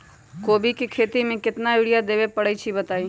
कोबी के खेती मे केतना यूरिया देबे परईछी बताई?